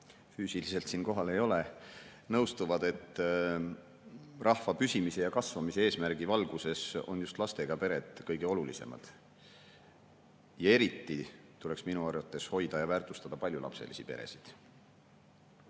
füüsiliselt siin kohal ei ole, nõustuvad, et rahva püsimise ja kasvamise eesmärgi valguses on just lastega pered kõige olulisemad. Eriti tuleks minu arvates hoida ja väärtustada paljulapselisi peresid.